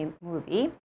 movie